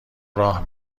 راه